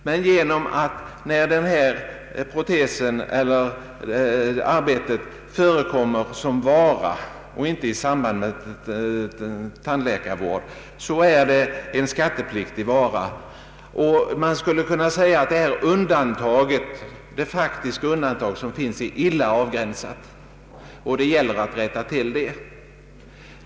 Men i varje annat sammanhang, utan direkt samband med tandläkarvård, är det fråga om en skattepliktig vara. Man skulle kunna säga att det faktiska undantag som finns för tandläkartjänster är illa avgränsat. Det gäller att rätta till detta.